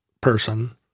person